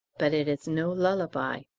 but it is no lullaby.